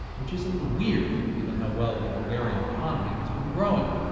which is a little weird, given how well the bulgarian economy has been growing.